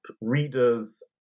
readers